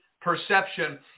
perception